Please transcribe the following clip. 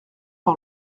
par